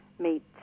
meet